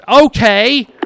Okay